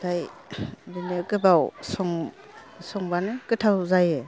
आमफ्राय बिदिनो गोबाव संबानो गोथाव जायो